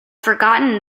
forgotten